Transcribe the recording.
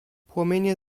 płomienie